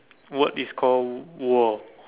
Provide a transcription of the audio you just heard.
word is called world